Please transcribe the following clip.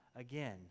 again